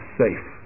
safe